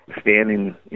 standing